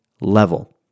level